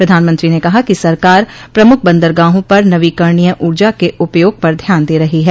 प्रधानमंत्री ने कहा कि सरकार प्रमुख बंदरगाहों पर नवीकरणीय ऊर्जा के उपयोग पर ध्यान दे रही है